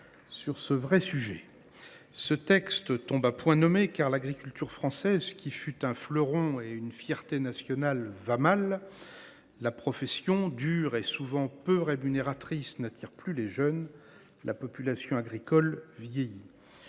sur ce sujet important. Ce texte tombe à point nommé, car l’agriculture française, qui fut un fleuron et une fierté nationale, va mal. La profession, dont le travail est dur et souvent peu rémunérateur, n’attire plus les jeunes. La population agricole vieillit.